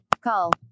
Call